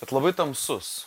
bet labai tamsus